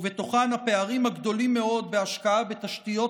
ובהן הפערים הגדולים מאוד בהשקעה בתשתיות